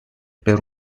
per